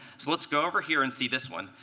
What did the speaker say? so let's go over here and see this one.